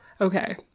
Okay